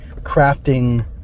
crafting